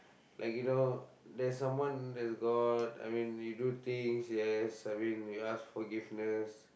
like you know there's someone there's god I mean you do things yes I mean you ask forgiveness